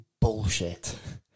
bullshit